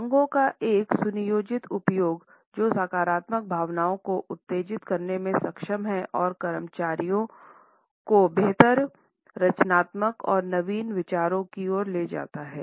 रंगों का एक सुनियोजित उपयोग जो सकारात्मक भावनाओं को उत्तेजित करने में सक्षम हैं और कर्मचारियों को बेहतर रचनात्मकता और नवीन विचारों की ओर ले जाता है